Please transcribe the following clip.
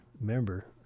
remember